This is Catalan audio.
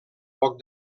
poc